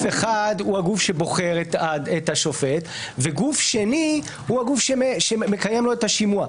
אחד הוא הגוף שבוחר את השופט וגוף שני הוא הגוף שמקיים לו את השימוע.